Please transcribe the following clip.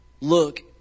look